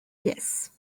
pièces